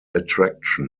attraction